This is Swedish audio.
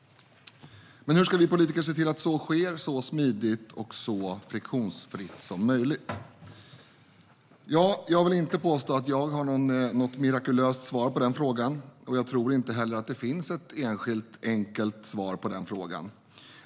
Men hur ska vi politiker se till att så sker så smidigt och friktionsfritt som möjligt? Jag vill inte påstå att jag har något mirakulöst svar på den frågan, och jag tror inte heller att det finns ett enskilt enkelt svar.